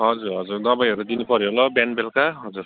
हजुर हजुर दबाईहरू दिनुपऱ्यो होला बिहान बेलुका हजुर